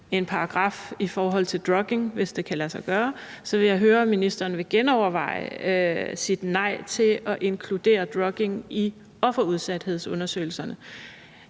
en paragraf i forhold til drugging, hvis det kan lade sig gøre, så vil jeg høre, om ministeren vil genoverveje sit nej til at inkludere drugging i offerudsathedsundersøgelserne.